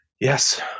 Yes